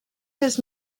his